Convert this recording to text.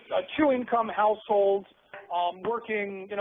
two-income household um working, and